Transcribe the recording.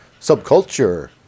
Subculture